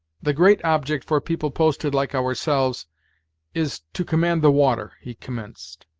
the great object for people posted like ourselves is to command the water, he commenced.